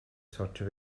sortio